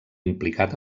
implicat